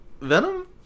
Venom